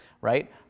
right